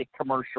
commercial